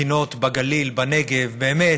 מכינות בגליל, בנגב, באמת,